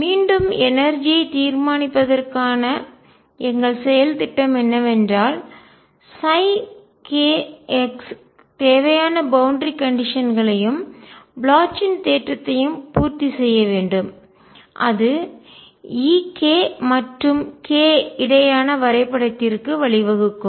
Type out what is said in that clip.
மீண்டும் எனர்ஜி ஐஆற்றல் தீர்மானிப்பதற்கான எங்கள் செயல் திட்டம் என்னவென்றால் k தேவையான பவுண்டரி கண்டிஷன்களையும் எல்லை நிபந்தனை ப்ளோச்சின் தேற்றத்தையும் பூர்த்தி செய்ய வேண்டும் அது Ek மற்றும் k இடையேயான வரைபடத்திற்கு வழிவகுக்கும்